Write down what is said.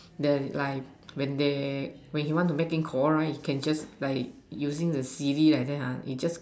then like when they when he want to making calls right you can just like using the C D like that ah he just